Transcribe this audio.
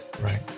right